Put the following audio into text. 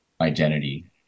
identity